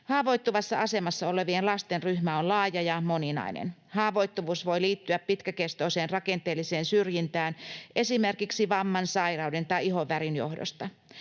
Haavoittuvassa asemassa olevien lasten ryhmä on laaja ja moninainen. Haavoittuvuus voi liittyä pitkäkestoiseen rakenteelliseen syrjintään esimerkiksi vamman, sairauden tai ihonvärin johdosta.